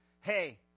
Hey